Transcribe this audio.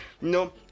No